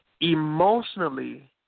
emotionally